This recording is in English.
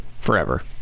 forever